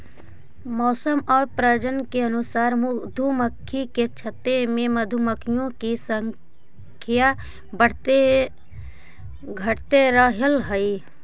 मौसम और प्रजनन के अनुसार मधुमक्खी के छत्ते में नर मधुमक्खियों की संख्या घटते बढ़ते रहअ हई